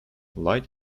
light